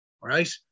right